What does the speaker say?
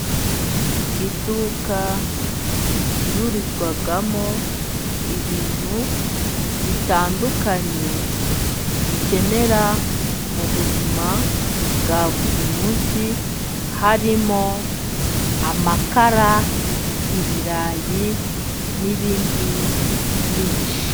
Iduka ricururizwamo ibintu bitandukanye， dukenera mubuzima bwa buri munsi，harimo： Amakara， ibirayi n'ibindi byinshi.